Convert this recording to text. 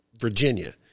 virginia